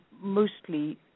mostly